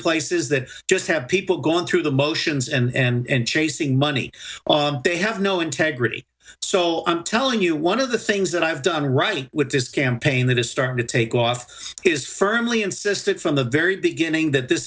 places that just have people going through the motions and chasing money they have no integrity so i'm telling you one of the things that i've done right with this campaign that is starting to take off his firmly insisted from the very beginning that this